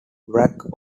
whack